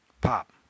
Pop